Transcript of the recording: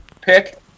pick